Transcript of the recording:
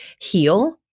heal